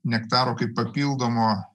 nektaro kaip papildomo